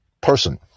person